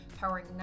powering